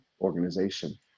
organization